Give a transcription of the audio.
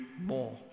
more